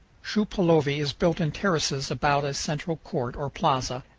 shupaulovi is built in terraces about a central court, or plaza,